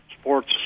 sports